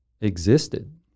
existed